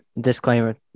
disclaimer